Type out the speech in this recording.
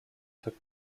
took